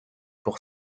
pour